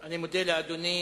אני מודה לאדוני.